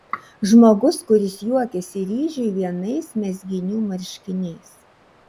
žmogus kuris juokiasi ryžiui vienais mezginių marškiniais